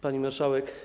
Pani Marszałek!